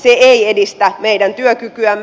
se ei edistä meidän työkykyämme